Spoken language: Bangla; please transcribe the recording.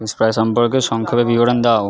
ফিশ ফ্রাই সম্পর্কে সংক্ষেপে বিবরণ দাও